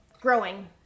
growing